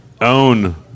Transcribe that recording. Own